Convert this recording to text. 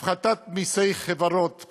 הפחתת מסי חברות.